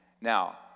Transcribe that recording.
now